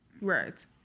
Right